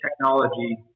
technology